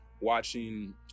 watching